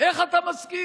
איך אתה מסכים?